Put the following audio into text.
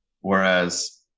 whereas